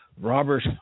Robert